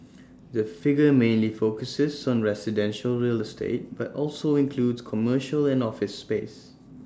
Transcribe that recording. the figure mainly focuses on residential real estate but also includes commercial and office space